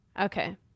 okay